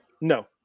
No